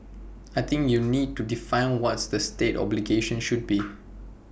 I think you need to define what the state's obligations should be